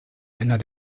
einer